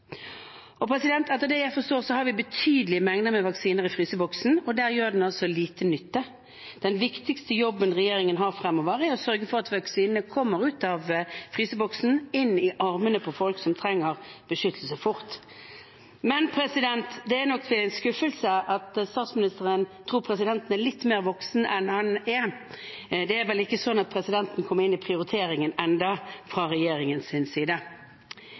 Etter det jeg forstår, har vi betydelige mengder med vaksiner i fryseboksen, og der gjør de altså liten nytte. Den viktigste jobben regjeringen har fremover, er å sørge for at vaksinene kommer ut av fryseboksen og inn i armene på folk som trenger beskyttelse fort. Det er nok en skuffelse at statsministeren tror at presidenten er litt mer voksen enn har er. Det er vel ikke slik at presidenten kommer inn i prioriteringen ennå, fra regjeringens side.